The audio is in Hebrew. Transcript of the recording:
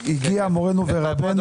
הגיע מורנו ורבנו,